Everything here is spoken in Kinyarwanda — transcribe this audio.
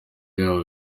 yabo